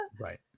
right